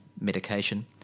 medication